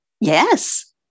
Yes